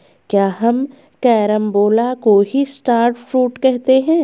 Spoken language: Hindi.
क्या हम कैरम्बोला को ही स्टार फ्रूट कहते हैं?